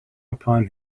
upon